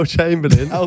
Chamberlain